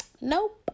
Nope